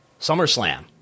SummerSlam